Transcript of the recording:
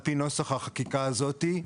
על פי נוסח החקיקה הזו,